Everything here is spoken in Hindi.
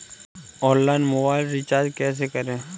ऑनलाइन मोबाइल रिचार्ज कैसे करें?